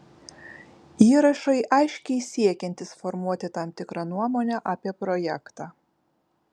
įrašai aiškiai siekiantys formuoti tam tikrą nuomonę apie projektą